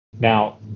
Now